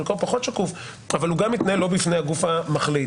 חלקו פחות שקוף אבל גם הוא מתנהל לא בפני הגוף המחליט.